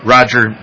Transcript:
Roger